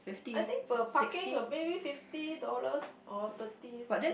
I think per parking maybe fifty dollars or thirty